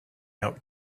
out